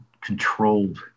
controlled